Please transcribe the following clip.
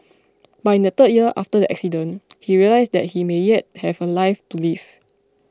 but in the third year after the accident he realised that he may yet have a life to live